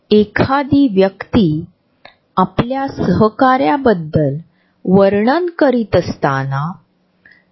आपण एखाद्या अदृश्य फुग्यामध्ये चालत आहोत असे समजून प्रॉक्सिमिक्सची कल्पना समजू शकते